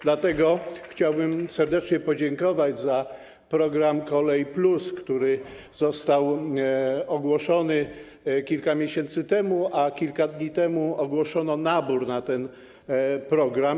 Dlatego chciałbym serdecznie podziękować za program „Kolej+”, który został ogłoszony kilka miesięcy temu, a kilka dni temu ogłoszono nabór na ten program.